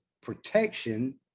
protection